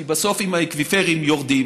כי בסוף אם האקוויפרים יורדים